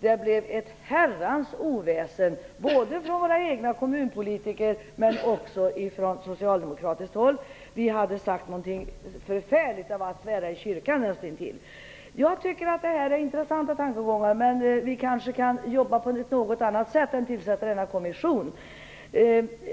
Det blev då ett oherrans oväsen, både från våra egna kommunpolitiker och också från socialdemokratiskt håll. Vi hade sagt någonting förfärligt. Det var näst intill som att svära i kyrkan. Detta är intressanta tankegångar, men vi kan kanske jobba på ett annat sätt än att tillsätta en kommission.